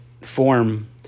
form